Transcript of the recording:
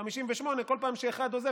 58 כל פעם שאחד עוזב,